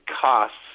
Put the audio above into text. costs